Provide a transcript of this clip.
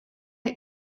ate